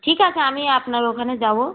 ঠিক আছে আমি আপনার ওখানে যাবো